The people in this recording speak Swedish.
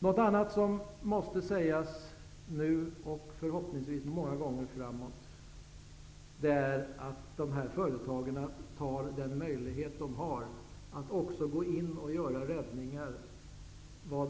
Något annat som måste sägas nu och förhoppningsvis kommer att sägas många gånger framöver är att de här företagen bör ta den möjlighet som de har att gå in och göra räddningar